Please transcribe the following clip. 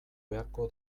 beharko